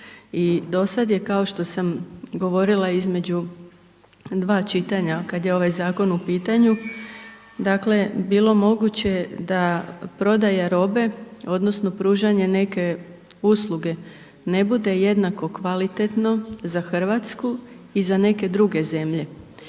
I do sad je kao što sam govorila između dva čitanja kad je ovaj Zakon u pitanju, dakle, bilo moguće da prodaja robe odnosno pružanje neke usluge, ne bude jednako kvalitetno za Hrvatsku i za neke druge zemlje,